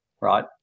Right